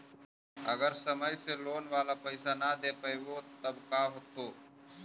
अगर समय से लोन बाला पैसा न दे पईबै तब का होतै?